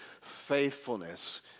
Faithfulness